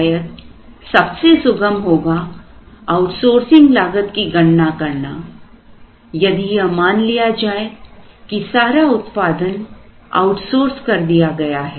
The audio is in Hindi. शायदसबसे सुगम होगा आउटसोर्सिंग लागत की गणना करना यदि यह मान लिया जाए कि सारा उत्पादन आउटसोर्स कर दिया गया है